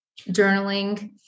journaling